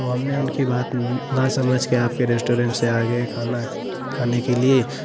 तो हमने उनकी बात न समझ के आपके रेस्टोरेंट से आ गए खाना खाने के लिए